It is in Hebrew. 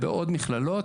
ובעוד מכללות,